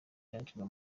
cyandikirwa